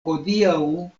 hodiaŭ